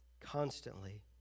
constantly